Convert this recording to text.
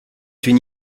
une